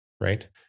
right